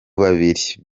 babiri